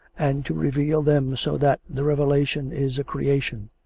and to reveal them so that the revelation is a creation.